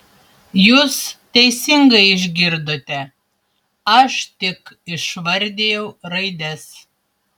jūs teisingai išgirdote aš tik išvardijau raides